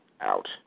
out